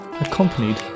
accompanied